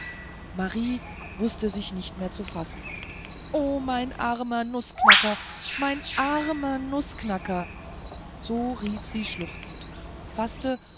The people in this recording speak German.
marie wußte sich nicht mehr zu fassen o mein armer nußknacker mein armer nußknacker so rief sie schluchzend faßte